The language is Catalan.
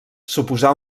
suposà